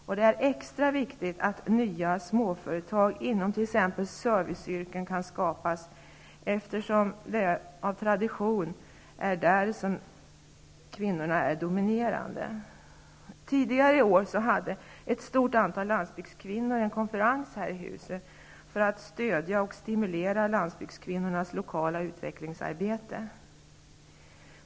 Och det är extra viktigt att nya småföretag inom t.ex. serviceyrken kan skapas, eftersom det av tradition är där som kvinnorna dominerar. Tidigare i år hade ett stort antal landsbygdskvinnor en konferens här i huset för att stödja och stimulera landsbygdskvinnornas lokala utvecklingsarbete.